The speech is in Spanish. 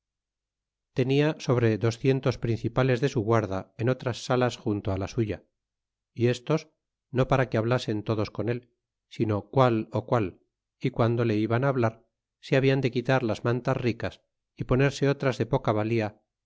tenia sobre docientos principales de su guarda en otras salas junto la suya y estos no para que hablasen todos con él sino qual ó qual y guando le iban hablar se habian de quitar las mantas ricas y ponerse otras de poca valía